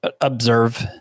observe